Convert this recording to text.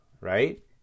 right